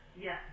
Yes